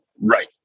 Right